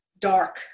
dark